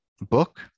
book